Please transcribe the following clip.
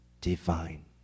divine